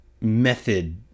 method